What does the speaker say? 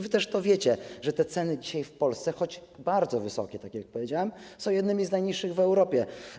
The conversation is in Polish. Wy też to wiecie, że te ceny dzisiaj w Polsce, choć bardzo wysokie, tak jak powiedziałem, są jednymi z najniższych w Europie.